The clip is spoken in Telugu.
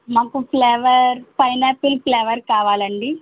మాకు ఫ్లేవర్ పైనాపిల్ ఫ్లేవర్ కావాలండి